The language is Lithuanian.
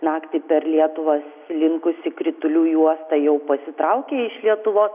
naktį per lietuvą slinkusi kritulių juosta jau pasitraukė iš lietuvos